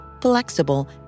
flexible